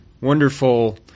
wonderful